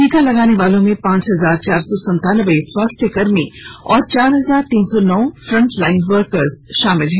टीका लेनेवालों में पांच हजार चार सौ संतानबे स्वास्थकर्मी और चार हजार तीन सौ नौ फंटलाइन वर्कर शामिल हैं